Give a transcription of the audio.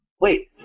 wait